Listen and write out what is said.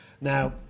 Now